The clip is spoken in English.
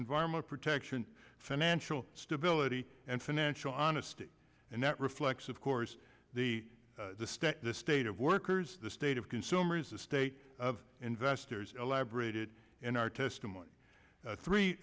environment protection financial stability and financial honesty and that reflects of course the state the state of workers the state of consumers the state of investors elaborated in our testimony